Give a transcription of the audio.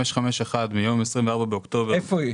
551 מיום 24 באוקטובר 2021. איפה היא?